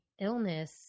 illness